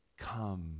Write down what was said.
Come